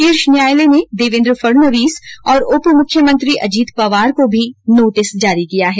शीर्ष न्यायालय ने देवेन्द्र फडणवीस और उप मुख्यमंत्री अजीत पवार को भी नोटिस जारी किया है